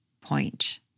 point